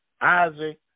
Isaac